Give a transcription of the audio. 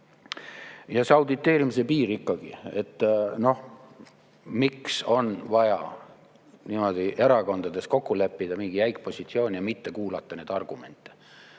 Ja see audititeerimise piir ikkagi – noh, miks on vaja niimoodi erakondades kokku leppida mingi jäik positsioon ja mitte kuulata argumente?